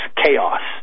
chaos